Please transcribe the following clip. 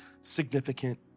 significant